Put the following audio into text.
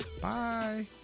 Bye